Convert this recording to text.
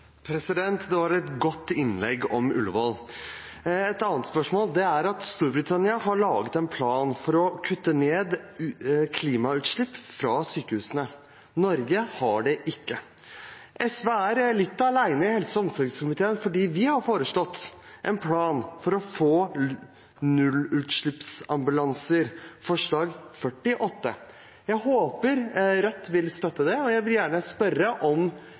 var et godt innlegg om Ullevål. Et annet spørsmål dreier seg om at Storbritannia har laget en plan for å kutte klimagassutslippene fra sykehusene. Norge har ikke det. SV er litt alene i helse- og omsorgskomiteen, for vi har foreslått en plan for å få nullutslippsambulanser, mindretallsforslag nr. 48. Jeg håper at Rødt vil støtte det. Jeg vil gjerne spørre om